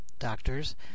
doctors